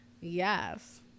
yes